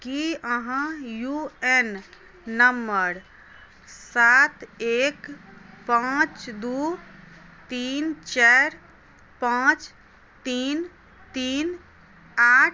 की अहाँ U N number सात एक पाँच दू तीन चारि पाँच तीन तीन आठ